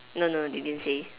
no no no they didn't say